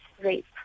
rape